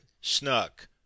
snuck